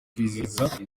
kwizihiza